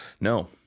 No